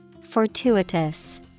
Fortuitous